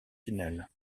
finales